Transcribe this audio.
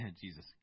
Jesus